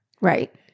Right